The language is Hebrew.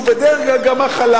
שהוא בדרך כלל גם החלש,